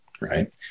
right